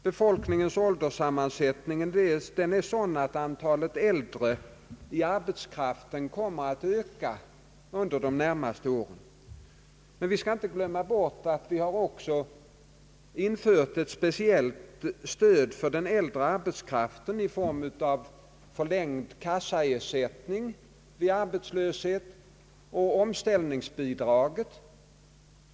Befolkningens ålderssammansättning är sådan att den äldre arbetskraften kommer att öka under de närmaste åren. Men vi skall inte glömma bort att vi också har infört dels ett speciellt stöd för dessa äldre i form av förlängd kassaersättning vid arbetslöshet, dels omställningsbidraget.